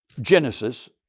Genesis